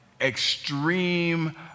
extreme